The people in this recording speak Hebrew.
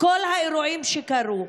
כל האירועים שקרו,